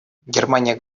германия